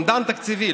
אומדן תקציבי,